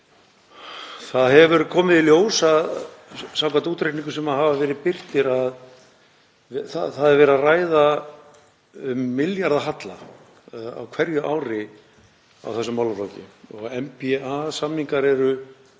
það hefur komið í ljós, samkvæmt útreikningum sem hafa verið birtir, að það er verið að ræða um milljarða halla á hverju ári á þessum málaflokki og NPA-samningar eru